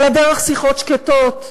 אלא דרך שיחות שקטות.